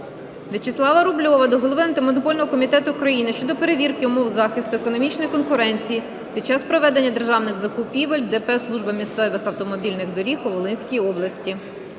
Вячеслава Рубльова до голови Антимонопольного комітету України щодо перевірки умов захисту економічної конкуренції під час проведення державних закупівель ДП "Служба